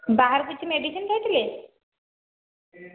ବାହାରୁ କିଛି ମେଡ଼ିସିନ ଖାଇଥିଲେ